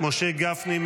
משה גפני,